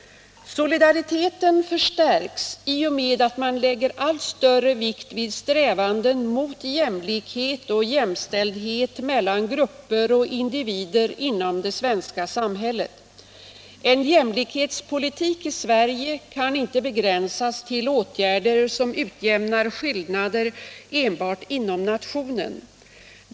Solidariteten förstärks i och med att man lägger allt större vikt vid strävanden mot jämlikhet och jämställdhet mellan grupper och individer Internationellt utvecklingssamar inom det svenska samhället. En jämlikhetspolitik i Sverige kan inte begränsas till åtgärder som utjämnar skillnader enbart inom nationen.